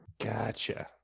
Gotcha